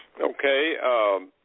Okay